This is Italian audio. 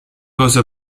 cose